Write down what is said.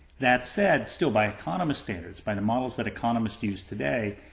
that said, still by economists standards, by the models that economists use today,